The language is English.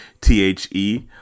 T-H-E